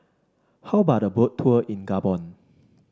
how about a Boat Tour in Gabon